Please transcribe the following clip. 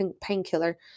painkiller